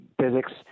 physics